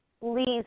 please